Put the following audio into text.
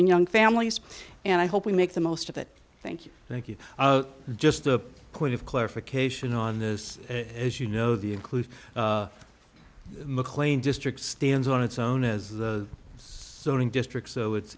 and young families and i hope we make the most of it thank you thank you just a quick clarification on this as you know the include mclean district stands on its own as the sewing district so it's